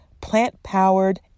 plant-powered